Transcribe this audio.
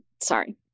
Sorry